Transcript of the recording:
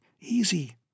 Easy